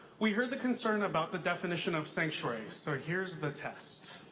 we heard the concern about the definition of sanctuary, so here's the test.